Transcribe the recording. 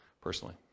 personally